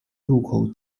入口